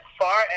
far